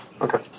Okay